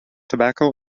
tobacco